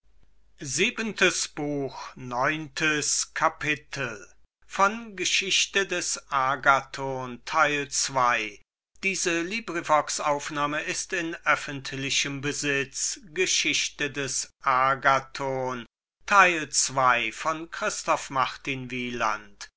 käufer des agathon